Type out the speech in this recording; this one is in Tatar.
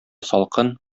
салкын